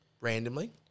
Randomly